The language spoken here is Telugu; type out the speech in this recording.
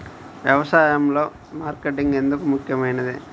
వ్యసాయంలో మార్కెటింగ్ ఎందుకు ముఖ్యమైనది?